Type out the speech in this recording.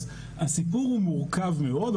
אז הסיפור הוא מורכב מאוד.